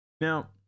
Now